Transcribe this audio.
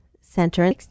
Center